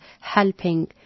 helping